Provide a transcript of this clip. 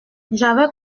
j’avais